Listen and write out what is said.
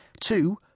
two